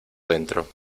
dentro